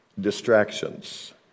distractions